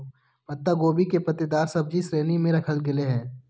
पत्ता गोभी के पत्तेदार सब्जि की श्रेणी में रखल गेले हें